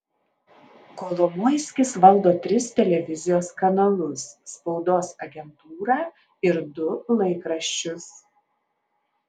kolomoiskis valdo tris televizijos kanalus spaudos agentūrą ir du laikraščius